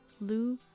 Lou